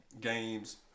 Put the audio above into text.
games